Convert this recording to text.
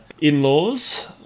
in-laws